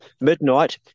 midnight